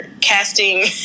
casting